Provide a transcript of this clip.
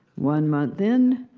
one month in,